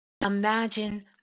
Imagine